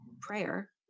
prayer